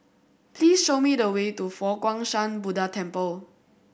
please show me the way to Fo Guang Shan Buddha Temple